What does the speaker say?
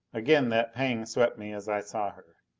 again that pang swept me as i saw her.